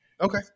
Okay